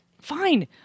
Fine